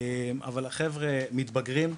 אבל החבר'ה מתבגרים,